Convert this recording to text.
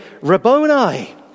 Rabboni